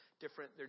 different